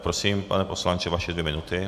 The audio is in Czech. Prosím, pane poslanče, vaše dvě minuty.